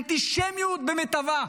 אנטישמיות במיטבה.